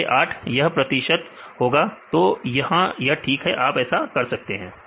विद्यार्थी 100 प्रतिशत 8 भाग 8 यह 100 प्रतिशत होगा तो यहां ठीक है आप कर सकते हैं